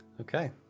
Okay